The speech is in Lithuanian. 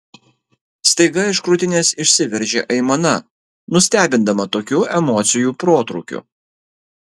staiga iš krūtinės išsiveržė aimana nustebindama tokiu emocijų protrūkiu